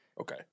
Okay